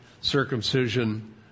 circumcision